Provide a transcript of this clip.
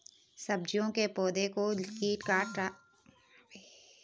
सब्जियों के पौधें को कोई कीट काट रहा है नियंत्रण कैसे करें?